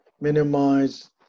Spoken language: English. minimize